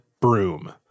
broom